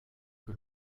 que